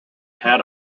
had